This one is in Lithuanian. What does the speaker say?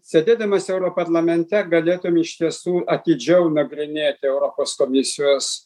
sėdėdamas europarlamente galėtum iš tiesų atidžiau nagrinėti europos komisijos